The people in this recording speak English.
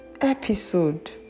episode